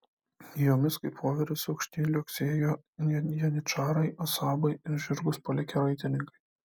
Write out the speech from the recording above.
jomis kaip voverės aukštyn liuoksėjo janyčarai asabai ir žirgus palikę raitininkai